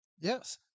Yes